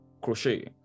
crochet